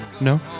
No